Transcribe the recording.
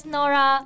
Nora